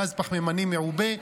גז פחמימני מעובה,